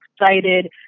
excited